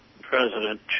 President